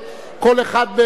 כל אחד בעמדתו,